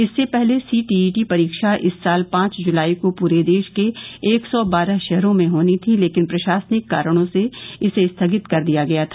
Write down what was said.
इससे पहले सीटीईटी परीक्षा इस साल पांच जुलाई को पूरे देश के एक सौ बारह शहरों में होनी थी लेकिन प्रशासनिक कारणों से इसे स्थगित कर दिया गया था